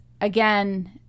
again